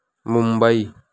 Mumbai